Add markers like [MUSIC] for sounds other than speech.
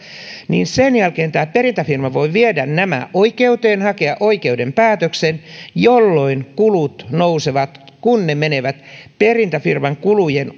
niin sen jälkeen tämä perintäfirma voi viedä nämä oikeuteen hakea oikeuden päätöksen jolloin kulut nousevat kun ne menevät perintäfirman kulujen [UNINTELLIGIBLE]